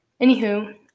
Anywho